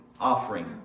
offering